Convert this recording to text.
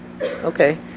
Okay